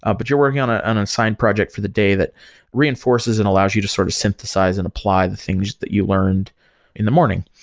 ah but you're working on a and assigned project for the day that reinforces and allows you to sort of synthesize and apply the things that you learned in the morning.